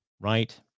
right